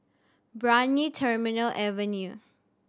Brani Terminal Avenue